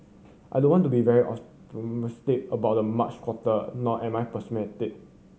I don't want to be very optimistic about the March quarter nor am I pessimistic